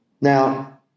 Now